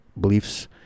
beliefs